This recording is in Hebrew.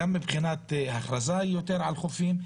גם מבחינת הכרזה על חופים,